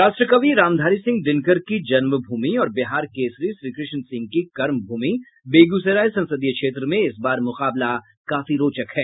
राष्ट्रकवि रामधारी सिंह दिनकर की जन्मभूमि और बिहार केसरी श्रीकृष्ण सिंह की कर्मभूमि बेगूसराय संसदीय क्षेत्र में इस बार मुकाबला काफी रोचक है